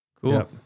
Cool